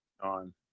on